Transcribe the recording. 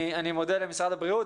אני מודה למשרד הבריאות.